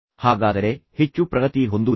ಹಾಗಾದರೆ ನೀವು ಹೆಚ್ಚು ಪ್ರಗತಿ ಹೊಂದುವುದಿಲ್ಲ